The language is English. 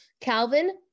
calvin